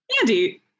Andy